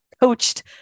coached